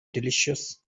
delicious